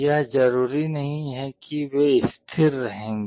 यह जरूरी नहीं है कि वे स्थिर रहेंगे